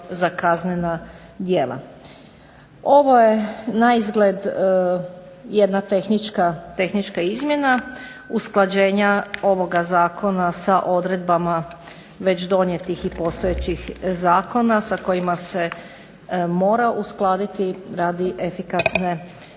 Ovo je naizgled jedna tehnička izmjena usklađenja ovoga zakona sa odredbama već donijetih i postojećih zakona sa kojima se mora uskladiti radi efikasne i